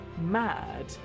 mad